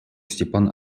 степану